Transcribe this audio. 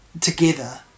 together